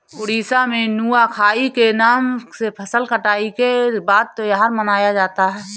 उड़ीसा में नुआखाई के नाम से फसल कटाई के बाद त्योहार मनाया जाता है